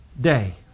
day